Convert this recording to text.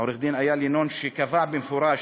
עורך-דין איל ינון, שקבע במפורש: